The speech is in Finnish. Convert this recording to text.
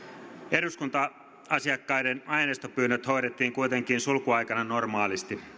eduskunta asiakkaiden aineistopyynnöt hoidettiin kuitenkin sulkuaikana normaalisti